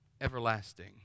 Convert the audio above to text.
everlasting